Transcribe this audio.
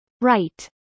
Right